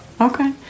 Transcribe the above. okay